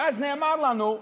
ואז נאמר לנו,